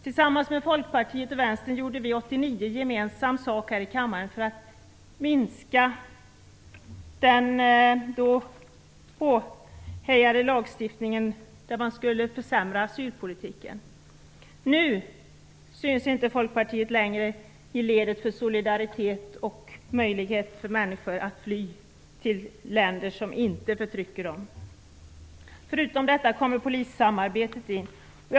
Tillsammans med Folkpartiet och Vänstern gjorde vi 1989 gemensam sak här i kammaren mot den då påhejade lagstiftningen där man skulle försämra asylpolitiken. Nu syns inte Folkpartiet längre i ledet för solidaritet och möjligheter för människor att fly till länder som inte förtrycker dem. Förutom detta handlar det också om polissamarbetet.